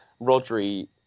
Rodri